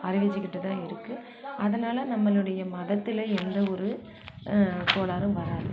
அறிவித்துகிட்டு தான் இருக்கு அதனால நம்மளுடைய மதத்தில் எந்த ஒரு கோளாறும் வராது